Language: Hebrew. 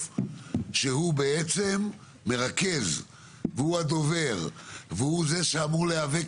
שהוא בעצם מרכז והוא הדובר והוא זה שאמור להיאבק